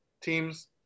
teams